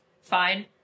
fine